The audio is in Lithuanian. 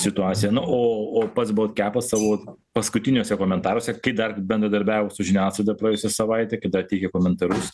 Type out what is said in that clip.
situacija na o o pats bolt kepas savo paskutiniuose komentaruose kai dar bendradarbiavo su žiniasklaida praėjusią savaitę kai dar teikė komentarus